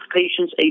patients